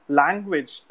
language